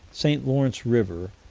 st. lawrence river,